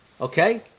Okay